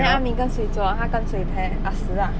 then ah mi 跟谁做他跟谁 pair ah si ah